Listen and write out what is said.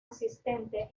asistente